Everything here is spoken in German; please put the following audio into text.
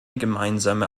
gemeinsame